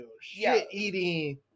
Shit-eating